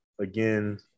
Again